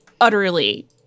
utterly